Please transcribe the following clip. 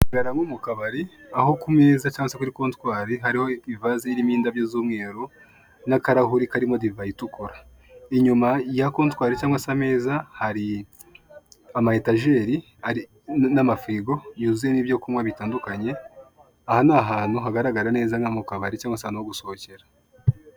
Hagaragara nko mu kabari aho kumezà cyangwa se kuri kotwari hariho ivaze irimo indabo z'umweru n'akarahure karimo divayi itukura, inyuma ya kotwari cyangwa se ameza hari ama etajeri n'amafirigo yuzuyemo ibyo kunywa bitandukanye, aha ni ahantu hagaragara neza nko mu kabari cyangwa se ahantu ho gusohokera.